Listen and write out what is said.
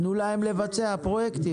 תנו להן לבצע פרויקטים.